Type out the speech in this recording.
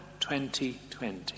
2020